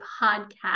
podcast